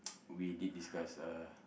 we did discuss uh